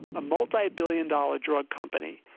a multi billion dollar drug company.